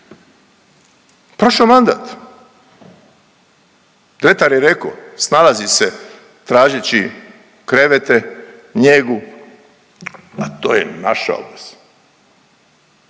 prošao je mandat. Dretar je rekao, snalazi se tražeći krevete, njegu, pa to je naša obveza,